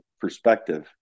perspective